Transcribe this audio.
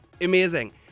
amazing